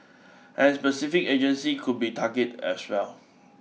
and specific agencies could be targeted as well